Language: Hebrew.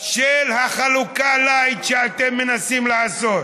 לחלוקה לייט שאתם מנסים לעשות,